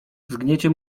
zgniecie